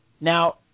now